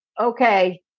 Okay